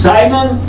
Simon